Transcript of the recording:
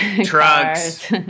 trucks